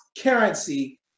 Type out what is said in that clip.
currency